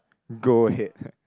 go ahead